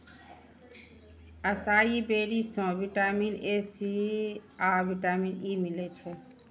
असाई berry सं vitamin A, C आ vitamin E मिलै छै